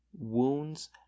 wounds